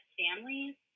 families